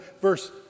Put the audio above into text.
verse